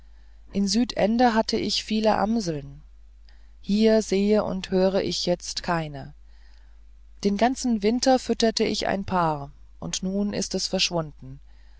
in südende hatte ich viele amseln hier sehe und höre ich jetzt keine den ganzen winter fütterte ich ein paar und nun ist es verschwunden